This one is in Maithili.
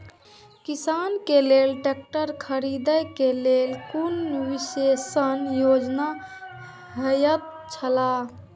किसान के लेल ट्रैक्टर खरीदे के लेल कुनु विशेष योजना होयत छला?